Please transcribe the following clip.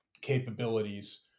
capabilities